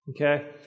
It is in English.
okay